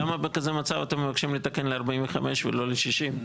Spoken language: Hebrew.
למה בכזה מצב אתם מבקשים לתקן ל-45 ולא ל-60?